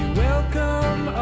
welcome